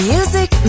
Music